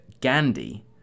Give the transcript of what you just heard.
Gandhi